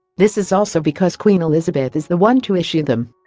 this is also because queen elizabeth is the one to issue them.